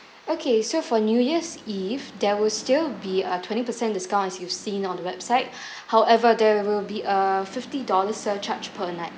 okay so for new year's eve there will still be a twenty percent discount as you've seen on the website however there will be a fifty dollar surcharged per night